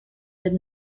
did